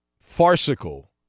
farcical